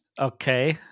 Okay